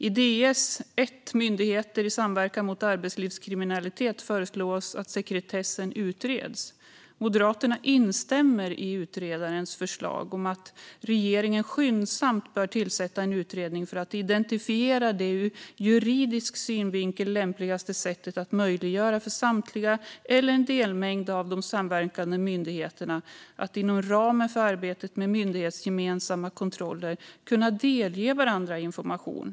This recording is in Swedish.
I Ds 2021:l Myndigheter i samverkan mot arbetslivskriminalitet föreslås att sekretessen utreds. Moderaterna instämmer i utredarens förslag att regeringen skyndsamt ska tillsätta en utredning för att identifiera det ur juridisk synvinkel lämpligaste sättet att möjliggöra för samtliga eller en delmängd av de samverkande myndigheterna att inom ramen för arbetet med myndighetsgemensamma kontroller kunna delge varandra information.